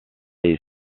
est